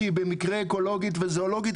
שהיא במקרה אקולוגית וזואולוגית,